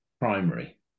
primary